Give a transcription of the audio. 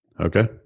Okay